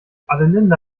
adelinde